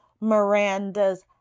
Miranda's